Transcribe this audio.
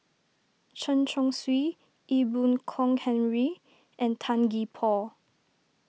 Chen Chong Swee Ee Boon Kong Henry and Tan Gee Paw